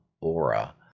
Aura